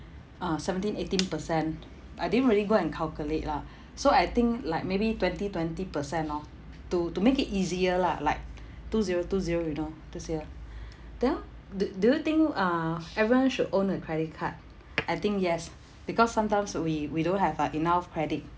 uh seventeen eighteen percent I didn't really go and calculate lah so I think like maybe twenty twenty percent orh to to make it easier lah like two zero two zero you know this year then do do you think uh everyone should own a credit card I think yes because sometimes we we don't have uh enough credit